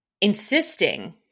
insisting